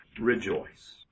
Rejoice